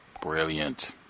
Brilliant